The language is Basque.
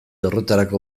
horretarako